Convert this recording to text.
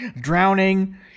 drowning